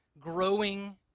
growing